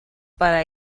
para